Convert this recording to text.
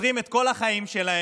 עוצרים את כל החיים שלהם,